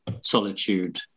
solitude